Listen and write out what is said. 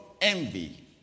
envy